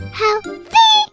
healthy